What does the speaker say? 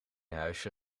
huisje